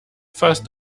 fast